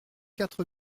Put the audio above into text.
quatre